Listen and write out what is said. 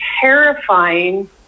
terrifying